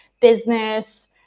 business